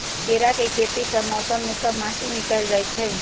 केराके खेती सभ मौसम में सभ माटि में कएल जाइ छै